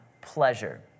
pleasure